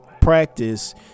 practice